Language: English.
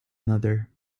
another